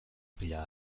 pila